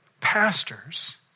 pastors